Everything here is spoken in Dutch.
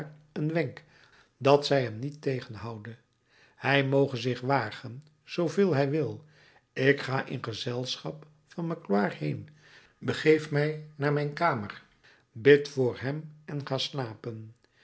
een wenk dat zij hem niet tegenhoude hij moge zich wagen zooveel hij wil ik ga in gezelschap van magloire heen begeef mij naar mijn kamer bid voor hem en ga slapen